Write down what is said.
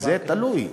זה תלוי.